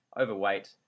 overweight